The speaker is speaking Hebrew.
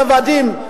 רבדים.